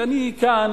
וכאן